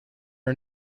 are